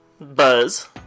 Buzz